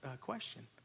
question